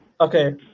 okay